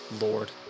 Lord